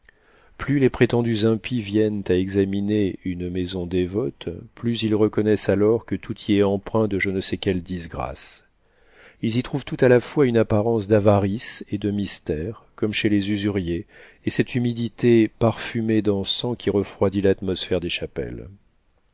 plus les prétendus impies viennent à examiner une maison dévote plus ils reconnaissent alors que tout y est empreint de je ne sais quelle disgrâce ils y trouvent tout à la fois une apparence d'avarice ou de mystère comme chez les usuriers et cette humidité parfumée d'encens qui refroidit l'atmosphère des chapelles